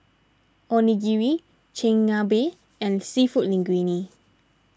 Onigiri Chigenabe and Seafood Linguine